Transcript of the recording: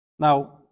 Now